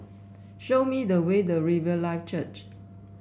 show me the way to Riverlife Church